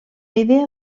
idea